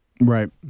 Right